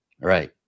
Right